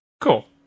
Cool